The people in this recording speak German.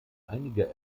einige